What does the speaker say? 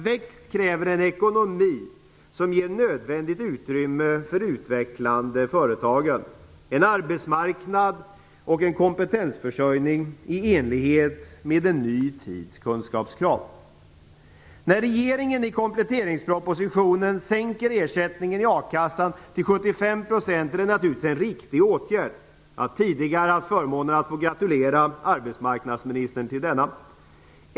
Växt kräver en ekonomi som ger nödvändigt utrymme för utvecklande företagande, och dessutom en arbetsmarknad och en kompetensförsörjning i enlighet med en ny tids kunskapskrav. När regeringen i kompletteringspropositionen sänker ersättningen i a-kassan till 75 % är det naturligtvis en riktig åtgärd. Jag har tidigare haft förmånen att få gratulera arbetsmarknadsministern till denna.